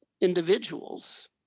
individuals